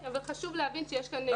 בסדר, אבל חשוב להבין שיש כאן משהו.